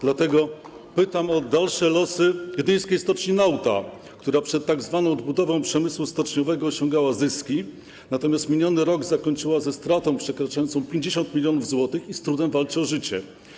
Dlatego pytam o dalsze losy gdyńskiej stoczni Nauta, która przed tzw. odbudową przemysłu stoczniowego osiągała zyski, natomiast miniony rok zakończyła ze stratą przekraczającą 50 mln zł i z trudem walczy o życie.